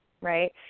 right